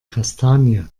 kastanie